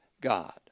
God